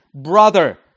brother